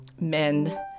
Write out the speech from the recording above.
men